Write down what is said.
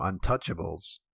Untouchables